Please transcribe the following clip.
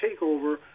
takeover